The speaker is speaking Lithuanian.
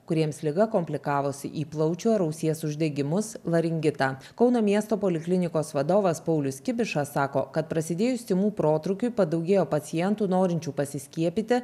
kuriems liga komplikavosi į plaučių ar ausies uždegimus laringitą kauno miesto poliklinikos vadovas paulius kibiša sako kad prasidėjus tymų protrūkiui padaugėjo pacientų norinčių pasiskiepyti